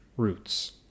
roots